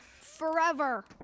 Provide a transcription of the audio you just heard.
forever